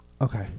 Okay